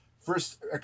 first